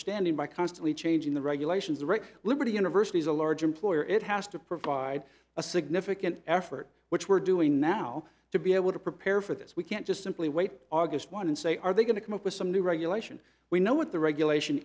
standing by constantly changing the regulations rick liberty university is a large employer it has to provide a significant effort which we're doing now to be able to prepare for this we can't just simply wait august one and say are they going to come up with some new regulation we know what the regulation